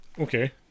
okay